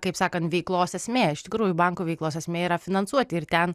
kaip sakant veiklos esmė iš tikrųjų bankų veiklos esmė yra finansuoti ir ten